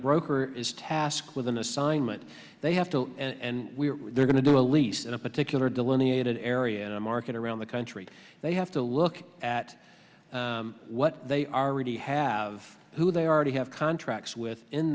broker is tasked with an assignment they have to and they're going to do a lease in a particular delineated area market around the country they have to look at what they already have who they already have contracts with in